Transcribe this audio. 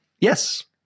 Yes